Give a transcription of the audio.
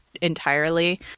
entirely